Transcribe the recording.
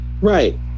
right